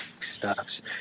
stops